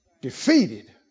Defeated